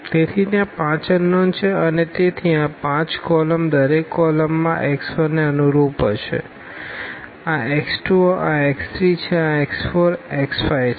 તેથી ત્યાં 5 અનનોનછે અને તેથી આ 5 કોલમ દરેક કોલમ આ x1 ને અનુરૂપ હશે આ x2 આ x3 છે આ x4 છે આx5 છે